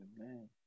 Amen